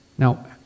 Now